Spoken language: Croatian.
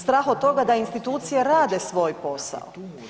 Strah od toga da institucije rade svoj posao.